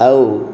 ଆଉ